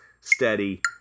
steady